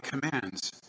commands